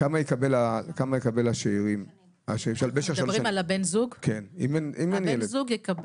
כמה יקבל השְׁאֵר, במשך שלוש שנים, אם אין ילד?